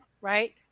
Right